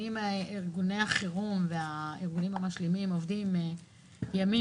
ארגוני החירום והארגונים המשלימים עובדים ימים